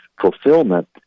fulfillment